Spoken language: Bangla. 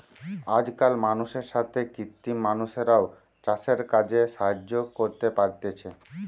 আজকাল মানুষের সাথে কৃত্রিম মানুষরাও চাষের কাজে সাহায্য করতে পারতিছে